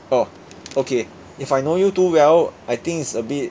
orh okay if I know you too well I think it's a bit